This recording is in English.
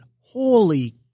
holy